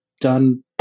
done